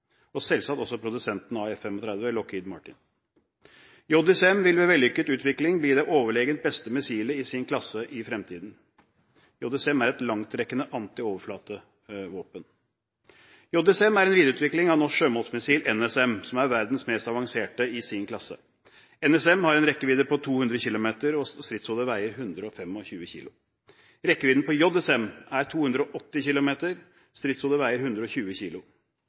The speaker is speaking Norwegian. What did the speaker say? og selvsagt også produsenten av F-35, Lockheed Martin. JSM vil ved vellykket utvikling bli det overlegent beste missilet i sin klasse i fremtiden. JSM er et langtrekkende antioverflatevåpen. JSM er en videreutvikling av norsk sjømålsmissil, NSM, som er verdens mest avanserte i sin klasse. NSM har en rekkevidde på 200 km og stridshodet veier 125 kg. Rekkevidden på JSM er 280 km. Stridshodet veier 120 kg.